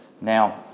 now